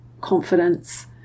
confidence